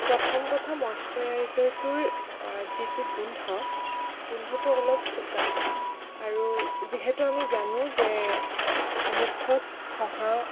প্ৰথম কথা মইশ্চাৰাইজাৰটোৰ যিটো গোন্ধ গোন্ধটো অলপ চোকা আৰু যিহেতু আমি জানো যে মুখত ঘঁহা